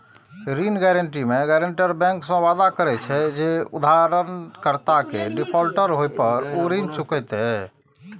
ऋण गारंटी मे guarantor bank सं वादा करे छै, जे उधारकर्ता के डिफॉल्टर होय पर ऊ ऋण चुकेतै